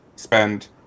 spend